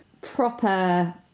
proper